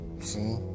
see